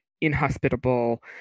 inhospitable